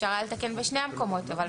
עצמו.